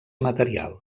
material